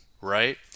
right